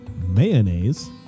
mayonnaise